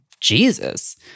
Jesus